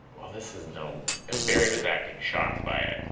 well, this is no and barry was acting shocked by it.